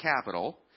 capital